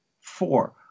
Four